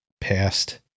past